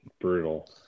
brutal